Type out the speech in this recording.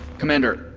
commander,